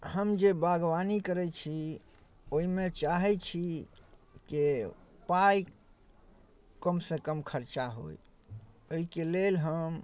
हम जे बागवानी करै छी ओहिमे चाहै छी कि पाइ कमसँ कम खर्चा होइ एहिके लेल हम